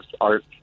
art